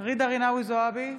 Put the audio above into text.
ג'ידא רינאוי זועבי,